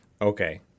Okay